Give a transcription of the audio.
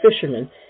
fishermen